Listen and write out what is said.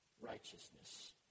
righteousness